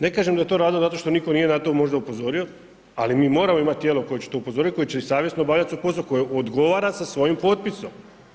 Ne kažem da je to razlog zato što nitko nije na to možda upozorio ali mi moramo imati tijelo koje će to upozoriti, koje će i savjesno obavljati svoj posao, koje odgovara sa svojim potpisom.